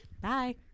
Bye